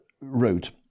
wrote